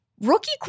Rookie